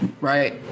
Right